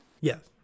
Yes